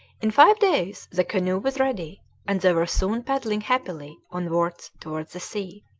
in five days the canoe was ready and they were soon paddling happily onwards towards the sea,